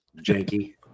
Janky